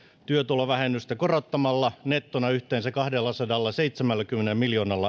työtulovähennystä korottamalla nettona yhteensä kahdellasadallaseitsemälläkymmenellä miljoonalla eurolla